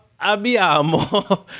abbiamo